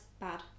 bad